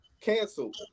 Canceled